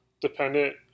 dependent